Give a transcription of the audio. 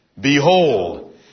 Behold